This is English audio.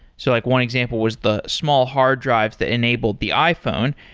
so like one example was the small hard drives that enabled the iphone.